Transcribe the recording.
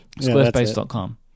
squarespace.com